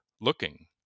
looking